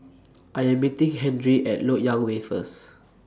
I Am meeting Henry At Lok Yang Way First